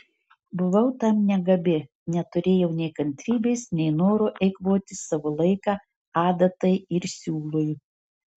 buvau tam negabi neturėjau nei kantrybės nei noro eikvoti savo laiką adatai ir siūlui